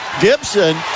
Gibson